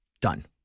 Done